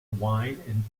wine